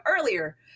earlier